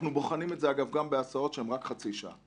אנחנו בוחנים את זה גם בהסעות שהן רק חצי שעה.